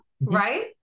right